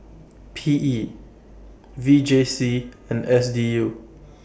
P E V J C and S D U